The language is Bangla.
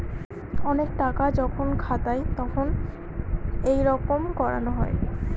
অনেক টাকা যখন খাতায় তখন এইরকম করানো হয়